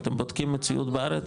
אתם בודקים יציאות בארץ?